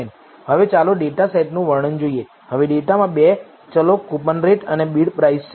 હવે ચાલો ડેટાસેટનું વર્ણન જોઈએ હવે ડેટામાં 2 ચલો કૂપનરેટ અને બિડપ્રાઇસ છે